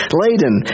laden